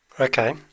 Okay